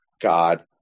God